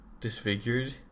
disfigured